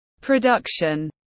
production